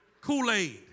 Kool-Aid